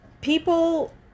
people